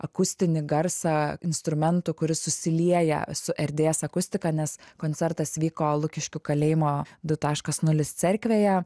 akustinį garsą instrumentu kuris susilieja su erdvės akustika nes koncertas vyko lukiškių kalėjimo du taškas nulis cerkvėje